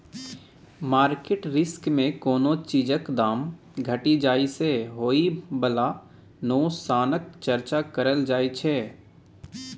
market risk मे कोनो चीजक दाम घटि जाइ सँ होइ बला नोकसानक चर्चा करल जाइ छै